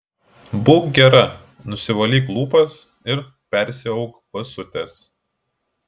būk gera nusivalyk lūpas ir persiauk basutes